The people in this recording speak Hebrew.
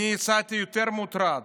אני יצאתי יותר מוטרד.